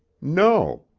no.